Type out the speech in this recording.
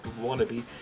wannabe